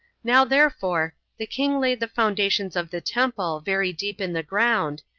now, therefore, the king laid the foundations of the temple very deep in the ground,